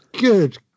Good